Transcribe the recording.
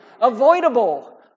Avoidable